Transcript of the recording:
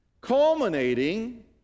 culminating